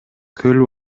көл